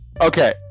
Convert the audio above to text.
Okay